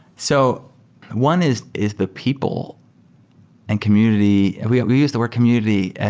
so one is is the people and community we we use the word community, and